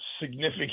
significant